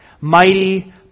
mighty